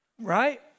Right